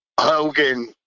Hogan